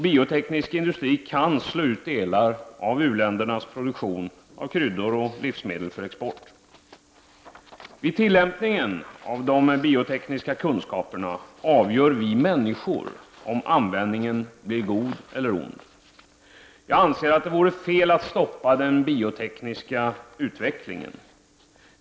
Bioteknisk industri kan slå ut delar av uländernas produktion av kryddor och livsmedel för export. Vid tillämpningen av de biotekniska kunskaperna avgör vi människor om användningen blir god eller ond. Jag anser att det vore fel att stoppa den biotekniska utvecklingen.